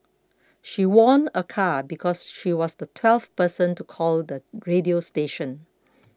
she won a car because she was the twelfth person to call the radio station